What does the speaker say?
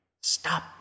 Stop